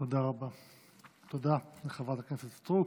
תודה לחברת הכנסת סטרוק.